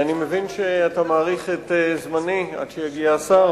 אני מבין שאתה מאריך את זמני עד שיגיע השר.